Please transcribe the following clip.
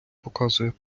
показує